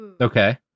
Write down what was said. Okay